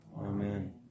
Amen